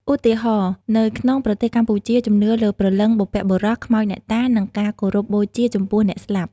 ឧទាហរណ៍ នៅក្នុងប្រទេសកម្ពុជា ជំនឿលើព្រលឹងបុព្វបុរស ខ្មោចអ្នកតា និងការគោរពបូជាចំពោះអ្នកស្លាប់។